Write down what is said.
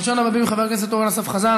ראשון הדוברים, חבר הכנסת אורן אסף חזן.